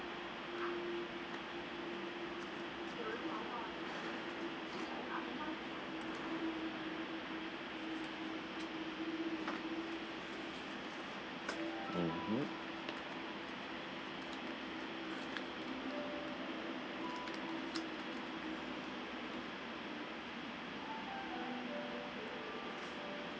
mmhmm